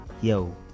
yo